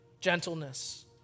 gentleness